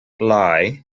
lai